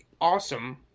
awesome